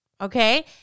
okay